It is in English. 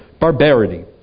barbarity